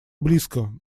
близко